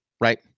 right